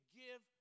give